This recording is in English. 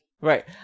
Right